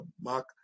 Mark